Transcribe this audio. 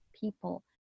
people